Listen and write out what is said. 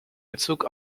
bezug